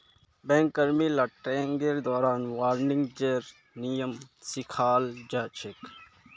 bank कर्मि ला ट्रेनिंगेर दौरान वाणिज्येर नियम सिखाल जा छेक